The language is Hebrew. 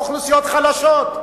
אוכלוסיות חלשות.